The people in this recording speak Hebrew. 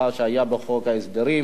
וזה היה בחוק ההסדרים.